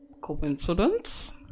Coincidence